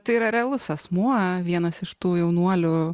tai yra realus asmuo vienas iš tų jaunuolių